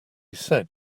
said